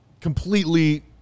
completely